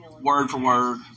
word-for-word